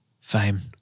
Fame